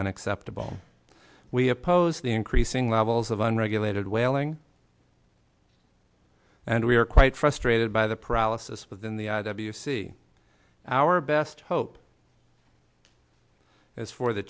unacceptable we oppose the increasing levels of unregulated whaling and we are quite frustrated by the paralysis within the i w c our best hope is for the